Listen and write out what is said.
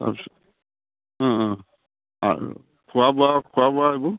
তাৰপিছত অঁ অঁ আৰু খোৱা বোৱা খোৱা বোৱা এইবোৰ